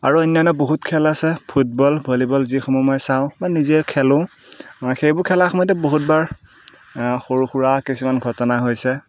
আৰু অন্যান্য বহুত খেল আছে ফুটবল ভলীবল যিসমূহ মই চাওঁ বা নিজেই খেলোঁ সেইবোৰ খেলাৰ সময়তেই বহুতবাৰ সৰু সুৰা কিছুমান ঘটনা হৈছে